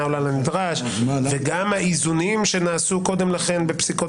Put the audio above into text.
עולה על הנדרש וגם האיזונים שנעשו קודם לכן בפסיקות